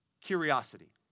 curiosity